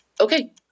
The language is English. Okay